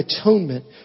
atonement